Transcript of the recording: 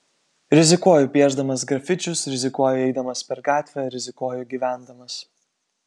rizikuoju piešdamas grafičius rizikuoju eidamas per gatvę rizikuoju gyvendamas